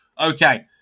okay